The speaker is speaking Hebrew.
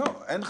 אין חשש,